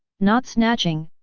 not snatching,